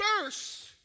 first